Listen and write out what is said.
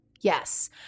Yes